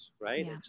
right